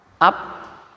Up